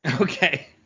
Okay